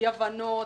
אי הבנות,